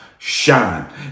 shine